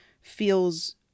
feels